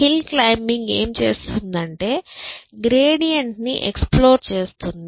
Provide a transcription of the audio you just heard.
hill climbing ఏం చేస్తుందంటే gradient ని ఎక్స్ప్లోర్ చేస్తుంది